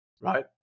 Right